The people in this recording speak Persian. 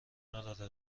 قراره